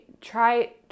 try